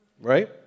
Right